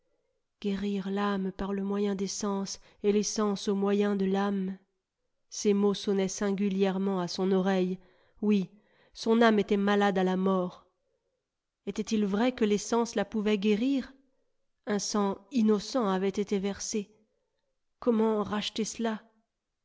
guérir l'âme par le moyen des sens et les sens au moyen de l'âme ces mots sonnaient singulièrement à son oreille oui son âme était malade à la mort etait-il vrai que les sens la pouvaient guérir un sang innocent avait été versé gomment racheter cela